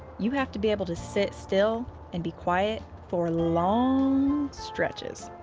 you have to be able to sit still and be quiet for long stretches.